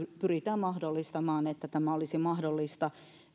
pyritään mahdollistamaan että tämä olisi mahdollista